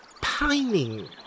pining